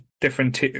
different